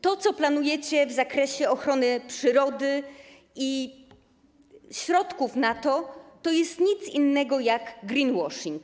To, co planujecie w zakresie ochrony przyrody i środków na to, to jest nic innego jak greenwashing.